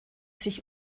sich